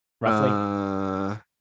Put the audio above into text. Roughly